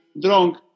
drunk